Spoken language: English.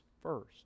first